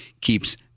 keeps